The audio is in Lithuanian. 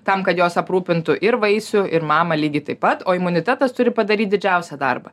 tam kad jos aprūpintų ir vaisių ir mamą lygiai taip pat o imunitetas turi padaryt didžiausią darbą